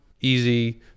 easy